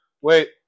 wait